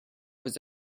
was